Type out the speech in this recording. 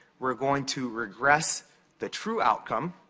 we're going to regress the true outcome,